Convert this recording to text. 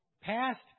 Passed